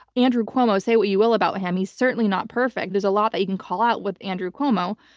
andrew cuomo-say what you will about him. he's certainly not perfect. there's a lot that you can call out with andrew cuomo,